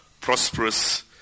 prosperous